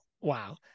wow